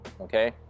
Okay